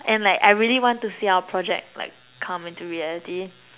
and like I really wanna see our project like come into reality